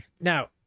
Now